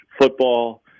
football